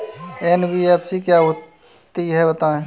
NBFC क्या होता है बताएँ?